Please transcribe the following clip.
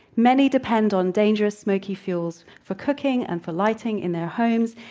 many depend on dangerous smoky fuels for cooking and for lighting in their homes.